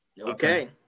Okay